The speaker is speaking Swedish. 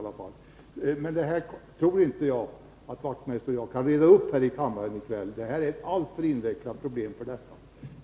Jag tror inte att Knut Wachtmeister och jag kan reda ut detta här i kammaren i kväll — därtill är problemet alldeles för invecklat. Jag